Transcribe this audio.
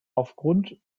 aufgrund